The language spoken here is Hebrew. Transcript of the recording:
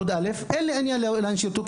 אין לי עניין להנשיר אותו,